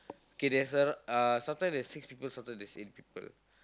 K there's a uh sometimes there's six people sometimes there's eight people